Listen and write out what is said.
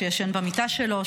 שישן במיטה שלו,